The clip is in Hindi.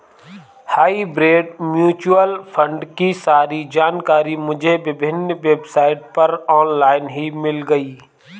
हाइब्रिड म्यूच्यूअल फण्ड की सारी जानकारी मुझे विभिन्न वेबसाइट पर ऑनलाइन ही मिल गयी